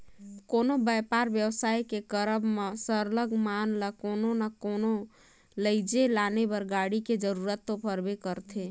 कोनो बयपार बेवसाय के करब म सरलग माल ल कोनो ना कोनो लइजे लाने बर गाड़ी के जरूरत तो परबे करथे